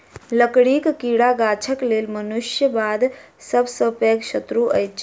लकड़ीक कीड़ा गाछक लेल मनुष्य बाद सभ सॅ पैघ शत्रु अछि